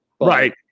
right